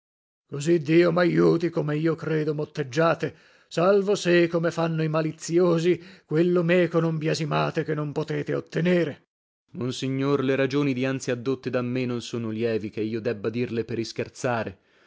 lasc così dio maiuti come io credo motteggiate salvo se come fanno i maliziosi quello meco non biasimate che non potete ottenere per monsignor le ragioni dianzi addotte da me non sono lievi che io debba dirle per ischerzare